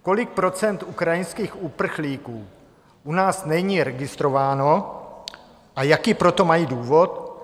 Kolik procent ukrajinských uprchlíků u nás není registrováno a jaký pro to mají důvod?